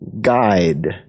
guide